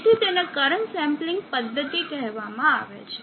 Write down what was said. તેથી તેને current sampling પદ્ધતિ કહેવામાં આવે છે